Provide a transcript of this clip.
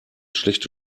schlechte